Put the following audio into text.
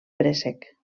préssec